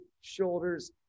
shoulders